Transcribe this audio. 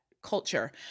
culture